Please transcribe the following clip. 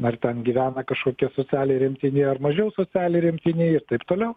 ar ten gyvena kažkokia socialiai remtini ar mažiau socialiai remtini ir taip toliau